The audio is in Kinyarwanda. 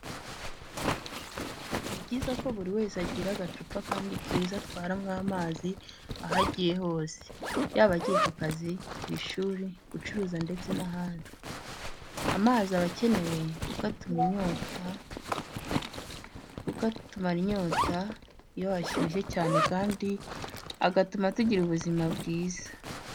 Ni byiza ko buri wese agira agacupa kandi keza atwaramo amazi aho agiye hose, yaba agiye ku kazi, ku ishuri, gucuruza ndetse n'ahandi. Amazi aba akenewe kuko atumara inyota iyo hashyushye cyane kandi agatuma tugira ubuzima bwiza.